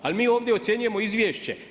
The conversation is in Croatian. Ali mi ovdje ocjenjujemo izvješće.